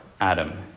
Adam